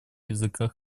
языках